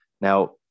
now